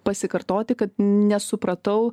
pasikartoti kad nesupratau